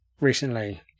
recently